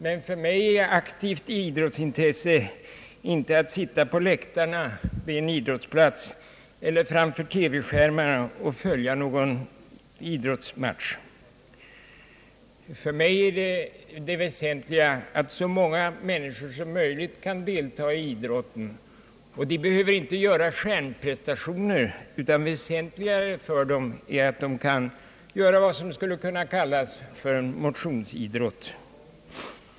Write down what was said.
Men för mig är aktivt idrottsintresse inte att sitta på läktaren vid en idrottsplats eller framför TV skärmen och följa någon idrottstävling. För mig är det väsentliga att så många människor som möjligt kan delta i idrotten. De behöver inte utföra stjärnprestationer, utan det väsentliga för dem är att de kan utöva vad som skulle kunna kallas för motionsidrott.